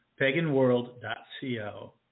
PaganWorld.co